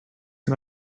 can